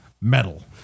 metal